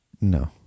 No